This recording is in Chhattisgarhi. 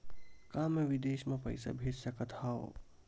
का मैं विदेश म पईसा भेज सकत हव?